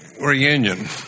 reunion